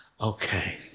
Okay